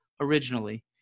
originally